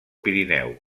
pirineu